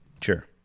sure